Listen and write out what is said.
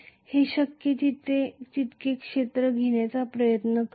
हे शक्य तितके क्षेत्र घेण्याचा प्रयत्न करेल